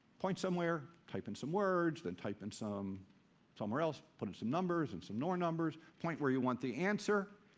point somewhere, type in some words, then type in some somewhere else, put in some numbers and some more numbers, point where you want the answer.